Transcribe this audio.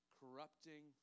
corrupting